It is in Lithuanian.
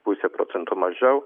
puse procento mažiau